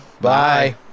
Bye